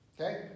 Okay